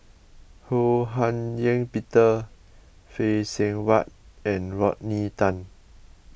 Ho Hak Ean Peter Phay Seng Whatt and Rodney Tan